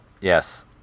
Yes